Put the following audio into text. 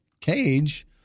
cage